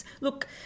look